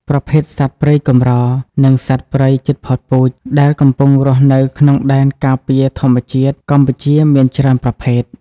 ប្រភេទសត្វព្រៃកម្រ និងសត្វព្រៃជិតផុតពូជ ដែលកំពុងរស់នៅក្នុងដែនការពារធម្មជាតិកម្ពុជាមានច្រើនប្រភេទ។